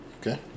okay